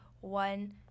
one